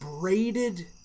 braided